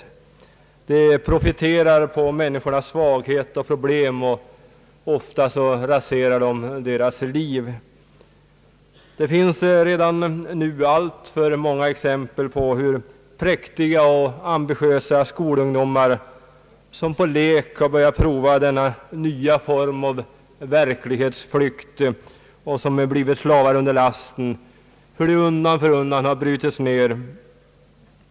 De profiterar på människors svaghet och problem, och ofta raserar de människors liv. Det finns redan nu alltför många exempel på hur präktiga och ambitiösa skolungdomar, som på lek börjat prova denna nya form av verklighetsflykt och som blivit slavar under lasten, undan för undan har brutits ned.